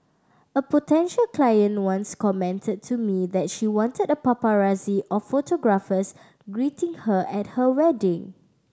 a potential client once commented to me that she wanted a paparazzi of photographers greeting her at her wedding